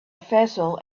vessel